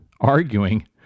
arguing